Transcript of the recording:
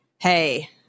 hey